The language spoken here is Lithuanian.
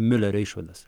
miulerio išvadas